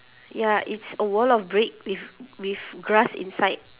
ya it's a wall of brick with with grass inside